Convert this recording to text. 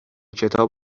کتاب